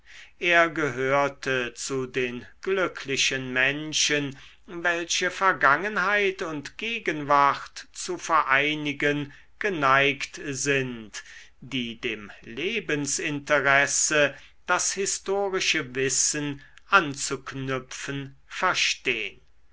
er gehörte zu den glücklichen menschen welche vergangenheit und gegenwart zu vereinigen geneigt sind die dem lebensinteresse das historische wissen anzuknüpfen verstehn